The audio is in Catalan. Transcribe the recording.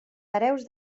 hereus